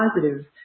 positive